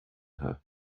her